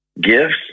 gifts